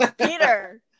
Peter